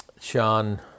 Sean